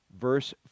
verse